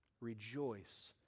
Rejoice